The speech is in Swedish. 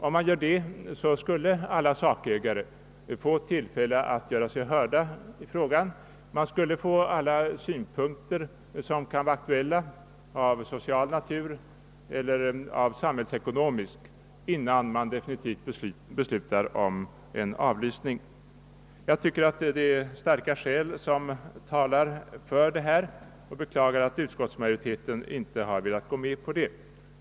Om man gör det, får alla skogsägare tillfälle att göra sig hörda i frågan, och alla synpunkter av social eller samhällsekonomisk natur kan föras fram innan man definitivt beslutar om avlysning skall ske eller ej. Jag tycker att det är starka skäl som talar för en sådan ordning och beklagar att utskottsmajoriteten inte har velat gå med på den.